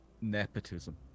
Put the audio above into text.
Nepotism